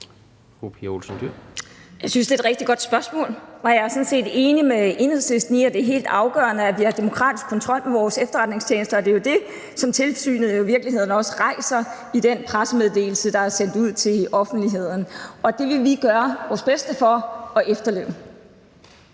Jeg synes, det er et rigtig godt spørgsmål, og jeg er sådan set enig med Enhedslisten i, at det er helt afgørende, at vi har demokratisk kontrol med vores efterretningstjenester – og det er jo i virkeligheden også det, tilsynet rejser i den pressemeddelelse, der er sendt ud til offentligheden – og det vil vi gøre vores bedste for at efterleve.